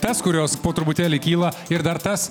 tas kurios po truputėlį kyla ir dar tas